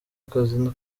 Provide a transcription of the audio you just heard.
akazi